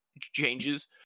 changes